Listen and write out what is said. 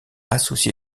associé